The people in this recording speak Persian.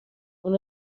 اون